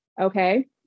okay